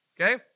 okay